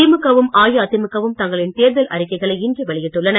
திமுக வும் அஇஅதிமுக வும் தங்களின் தேர்தல் அறிக்கைகளை இன்று வெளியிட்டுள்ளன